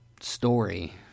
story